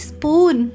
Spoon